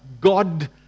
God